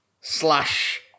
slash